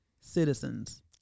citizens